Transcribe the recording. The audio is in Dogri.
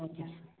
thank you sir